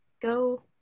go